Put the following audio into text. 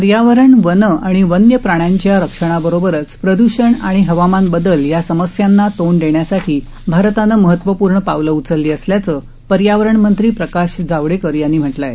पर्यावरण वनं आणि वन्यप्राण्यांच्या रक्षणाबरोबरच प्रदषण आणि हवामान बदल या समस्यांना तोंड देण्यासाठी भारतानं महत्वपूर्ण पावलं उचलली असल्याचं पर्यावरण मंत्री प्रकाश जावडेकर यांनी म्हटलं आहे